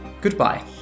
Goodbye